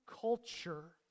culture